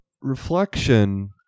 Reflection